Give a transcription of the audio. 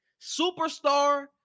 superstar